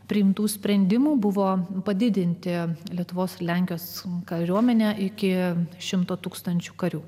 priimtų sprendimų buvo padidinti lietuvos lenkijos kariuomenę iki šimto tūkstančių karių